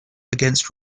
against